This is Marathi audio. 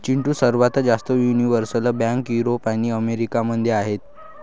चिंटू, सर्वात जास्त युनिव्हर्सल बँक युरोप आणि अमेरिका मध्ये आहेत